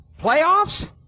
playoffs